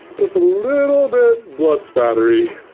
just a little bit blood-splattery.